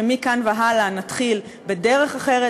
שמכאן והלאה נתחיל בדרך אחרת,